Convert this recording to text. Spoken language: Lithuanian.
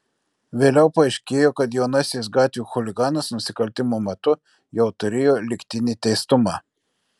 vėliau paaiškėjo kad jaunasis gatvių chuliganas nusikaltimo metu jau turėjo lygtinį teistumą